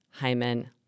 Hyman